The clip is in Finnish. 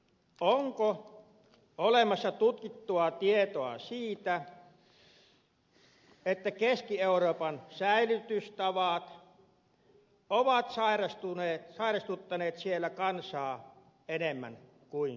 onko olemassa tutkittua tietoa siitä että keski euroopan säilytystavat ovat sairastuttaneet siellä kansaa enemmän kuin suomessa